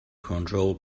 control